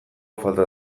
falta